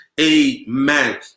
amen